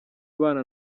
abana